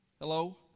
Hello